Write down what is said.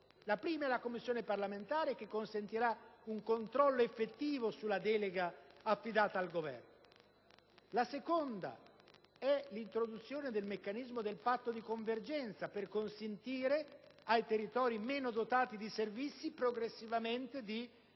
La prima riguarda la Commissione parlamentare che consentirà un controllo effettivo sulla delega affidata al Governo. La seconda è l'introduzione del Patto di convergenza per consentire ai territori meno dotati di servizi di adeguarsi